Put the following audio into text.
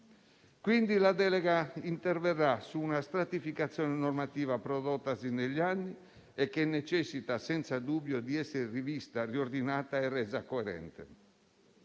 desuete. La delega interverrà su una stratificazione normativa prodottasi negli anni e che necessita senza dubbio di essere rivista, riordinata e resa coerente.